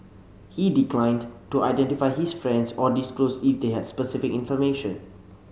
he declined to identify his friends or disclose if they had specific information